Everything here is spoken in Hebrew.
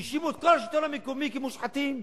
האשימו את כל השלטון המקומי כמושחתים,